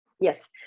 Yes